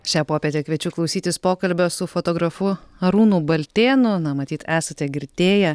šią popietę kviečiu klausytis pokalbio su fotografu arūnu baltėnu na matyt esate girdėję